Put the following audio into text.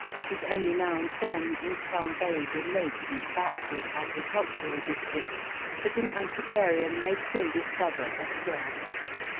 it is only now and then in some very remote and backward agricultural district that an antiquarian may still discover a square house.